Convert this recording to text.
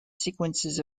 sequences